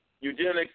eugenics